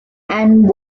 and